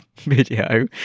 video